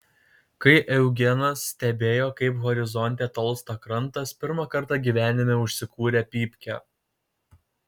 kai eugenas stebėjo kaip horizonte tolsta krantas pirmą kartą gyvenime užsikūrė pypkę